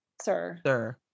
sir